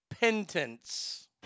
penance